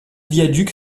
viaduc